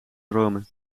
roamen